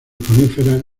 coníferas